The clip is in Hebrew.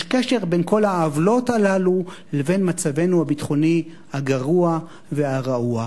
יש קשר בין כל העוולות הללו לבין מצבנו הביטחוני הגרוע והרעוע.